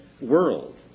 world